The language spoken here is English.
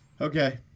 Okay